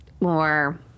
more